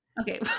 Okay